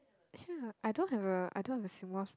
actually I don't have a I don't have a